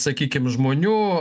sakykim žmonių